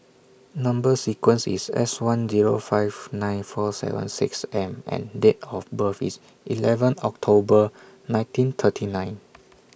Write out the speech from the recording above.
Number sequence IS S one Zero five nine four seven six M and Date of birth IS eleven October nineteen thirty nine